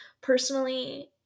personally